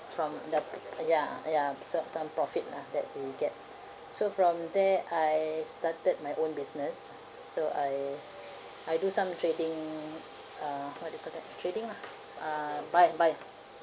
from the oh ya ya so~ some profit lah that we get so from there I started my own business so I I do some trading uh what you call that trading lah uh buy and buy